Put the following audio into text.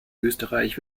österreich